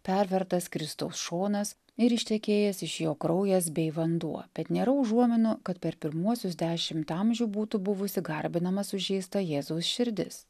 pervertas kristaus šonas ir ištekėjęs iš jo kraujas bei vanduo bet nėra užuominų kad per pirmuosius dešimt amžių būtų buvusi garbinama sužeista jėzaus širdis